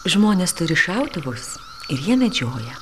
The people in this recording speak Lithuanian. žmonės turi šautuvus ir jie medžioja